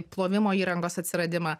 plovimo įrangos atsiradimą